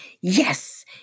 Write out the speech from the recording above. yes